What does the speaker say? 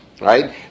Right